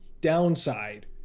Downside